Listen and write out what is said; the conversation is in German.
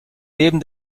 neben